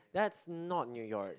that's not New York